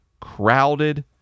crowded